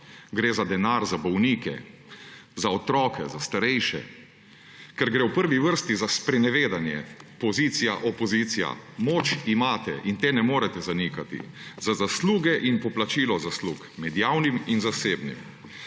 gre za denar za bolnike, za otroke, za starejše. Ker gre v prvi vrsti za sprenevedanje. Pozicija, opozicija, moč imate, te ne morete zanikati. Za zasluge in poplačilo zaslug, med javnim in zasebnim.